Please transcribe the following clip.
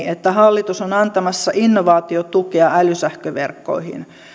että hallitus on antamassa innovaatiotukea älysähköverkkoihin